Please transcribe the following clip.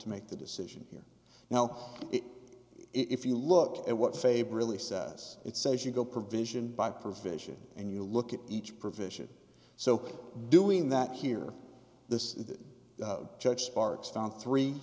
to make the decision here now if you look at what faber really says it says you go provision by providing and you look at each provision so doing that here this is the judge sparks down three